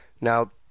Now